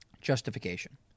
Justification